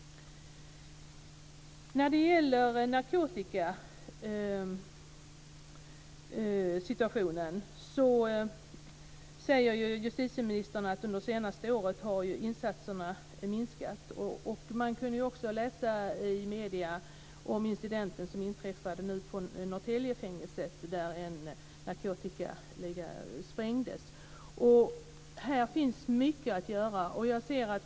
När det gäller narkotikasituationen säger justitieministern att insatserna minskat under det senaste året. Man kunde också läsa i medierna om incidenten på Norrtäljefängelset, där en narkotikaliga sprängdes. Här finns mycket att göra.